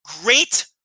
great